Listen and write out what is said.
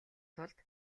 тулд